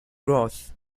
growth